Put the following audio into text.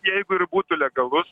jeigu ir būtų legalus